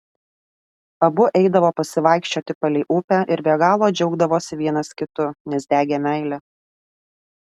abu eidavo pasivaikščioti palei upę ir be galo džiaugdavosi vienas kitu nes degė meile